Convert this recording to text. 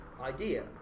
idea